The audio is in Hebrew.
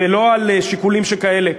ולא על שיקולים כאלה.